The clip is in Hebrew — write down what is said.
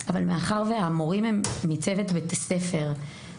אך מאחר והמורים הם מצוות בית הספר,